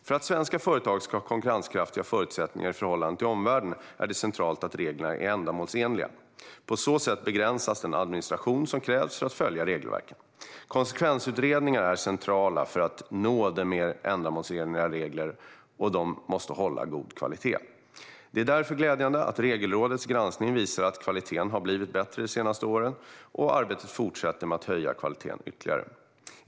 För att svenska företag ska ha konkurrenskraftiga förutsättningar i förhållande till omvärlden är det centralt att reglerna är ändamålsenliga. På så sätt begränsas den administration som krävs för att följa regelverken. Konsekvensutredningar är centrala för att nå mer ändamålsenliga regler, och de måste hålla god kvalitet. Det är därför glädjande att Regelrådets granskning visar att kvaliteten har blivit bättre de senaste åren, och arbetet fortsätter med att höja kvaliteten ytterligare.